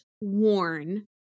worn